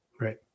Right